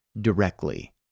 directly